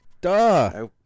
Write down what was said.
Duh